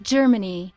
Germany